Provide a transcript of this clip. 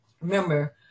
remember